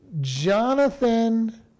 Jonathan